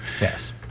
Yes